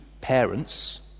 parents